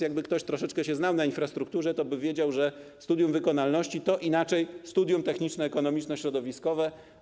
Jakby ktoś troszeczkę się znał na infrastrukturze, to by wiedział, że studium wykonalności to inaczej studium techniczno-ekonomiczno-środowiskowe.